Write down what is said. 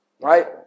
Right